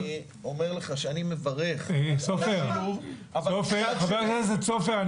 אני אומר לך שאני מברך --- חבר הכנסת סופר,